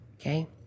okay